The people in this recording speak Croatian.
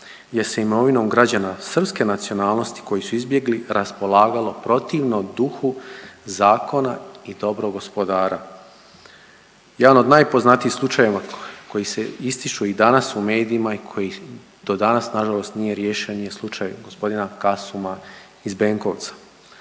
jer se imovinom građana srpske nacionalnosti koji su izbjegli raspolagalo protivno duhu zakona i dobrog gospodara. Jedan od najpoznatijih slučajeva koji se ističu i danas u medijima i koji do danas na žalost nije riješen je slučaj gospodina Kasuma iz Benkovca.